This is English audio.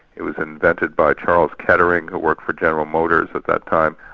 it was invented by charles kettering, who worked for general motors at that time,